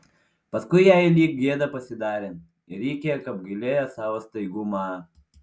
paskui jai lyg gėda pasidarė ir ji kiek apgailėjo savo staigumą